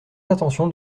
attention